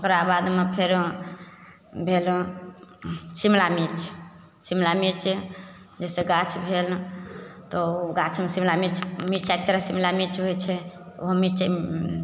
ओकराबादमे फेर भेल शिमला मिर्च शिमला मिर्च जैसे गाछ भेल तऽ ओहो गाछमे शिमला मिर्च मिर्चाइके तरह शिमला मिर्च होइत छै ओहो मिरचाइ